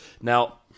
Now